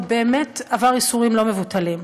הוא באמת עבר ייסורים לא מבוטלים.